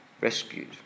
rescued